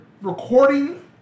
recording